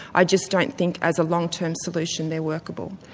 i just don't think as a long-term solution they're workable.